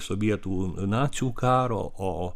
sovietų nacių karo o